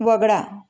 वगळा